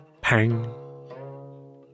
Pang